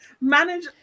Manage